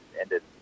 ended